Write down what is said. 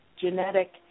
genetic